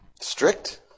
Strict